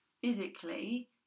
physically